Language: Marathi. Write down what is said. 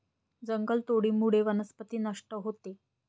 जंगलतोडीमुळे वनस्पती नष्ट होते